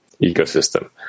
ecosystem